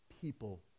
people